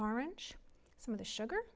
orange some of the sugar